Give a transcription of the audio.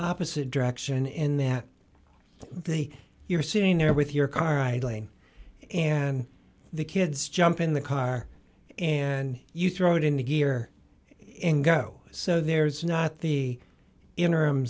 opposite direction in that the you're sitting there with your car idling and the kids jump in the car and you throw it into gear in go so there's not the interim